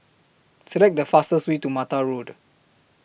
Select The fastest Way to Mattar Road